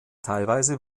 teilweise